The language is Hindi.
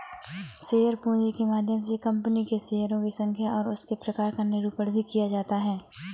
शेयर पूंजी के माध्यम से कंपनी के शेयरों की संख्या और उसके प्रकार का निरूपण भी किया जाता है